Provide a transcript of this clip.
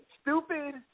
stupid